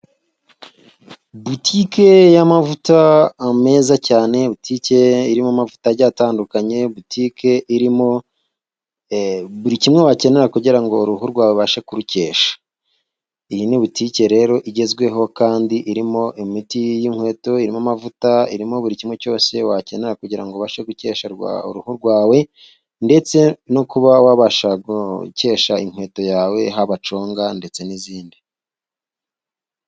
Butike y'amavuta meza cyane, butike irimo amavuta agiye atandukanye, butike irimo buri kimwe wakenera kugira ngo uruhu rwawe ubashe kurukesha. Iyi ni butike rero igezweho kandi irimo imiti y'inkweto, irimo amavuta, irimo buri kimwe cyose wakenera kugira ngo ubashe gukesha uruhu rwawe, ndetse no kuba wabasha gukesha inkweto yawe haba conga ndetse n'izindi.